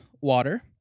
water